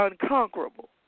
unconquerable